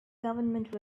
government